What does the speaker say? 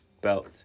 belt